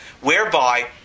whereby